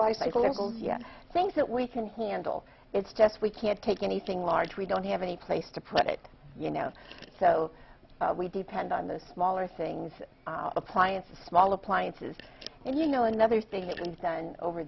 by cycles yes things that we can handle it's just we can't take anything large we don't have any place to put it you know so we depend on those smaller things our appliances small appliances and you know another thing that we've done over